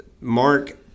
Mark